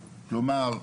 כלומר,